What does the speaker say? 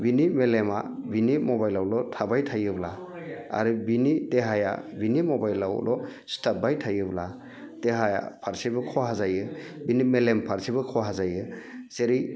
बिनि मेलेमा बिनि मबाइलावल' थाबाय थायोब्ला आरो बिनि देहाया बिनि मबाइलावल' सिथाबबाय थायोब्ला देहाया फारसेबो खहा जायो बिनि मेलेम फारसेबो खहा जायो जेरै